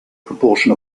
proportion